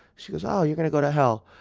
she goes, oh, you're gonna go to hell.